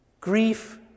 Grief